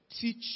teach